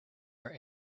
our